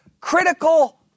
Critical